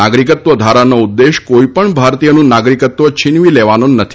નાગરિકત્વ ધારાનો ઉદ્દેશ કોઇ પણ ભારતીયનું નાગરિકત્વ છીનવી લેવાનો નથી